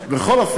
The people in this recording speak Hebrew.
בכל אופן,